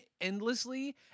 endlessly